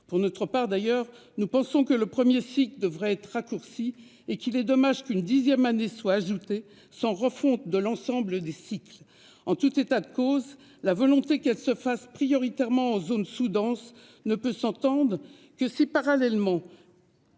Pour notre part, d'ailleurs nous pensons que le 1er site devrait être raccourcie et qu'il est dommage qu'une dixième année soit ajouté sans refonte de l'ensemble des cycles en tout état de cause, la volonté qu'elle se fasse prioritairement en zone sous-dense ne peut s'entendent que si parallèlement.--